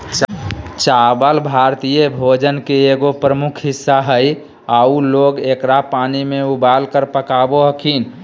चावल भारतीय भोजन के एगो प्रमुख हिस्सा हइ आऊ लोग एकरा पानी में उबालकर पकाबो हखिन